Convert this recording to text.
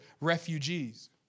refugees